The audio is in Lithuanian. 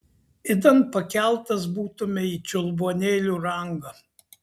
idant pakeltas būtumei į čiulbuonėlių rangą